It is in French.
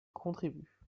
contribue